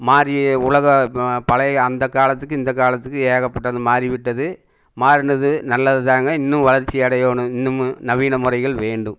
மாறி உலகம் பழைய அந்த காலத்துக்கும் இந்த காலத்துக்கும் ஏகப்பட்டது மாறிவிட்டது மாறினது நல்லது தாங்க இன்னும் வளர்ச்சி அடையணும் இன்னமும் நவீன முறைகள் வேண்டும்